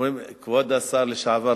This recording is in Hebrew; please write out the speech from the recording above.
אומרים לי: כבוד השר לשעבר,